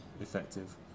effective